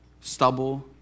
stubble